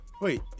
wait